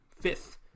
fifth